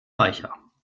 reicher